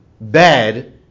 bad